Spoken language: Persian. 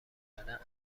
کردن